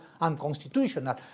unconstitutional